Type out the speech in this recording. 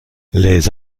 les